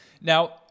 Now